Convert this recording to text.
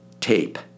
tape